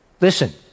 Listen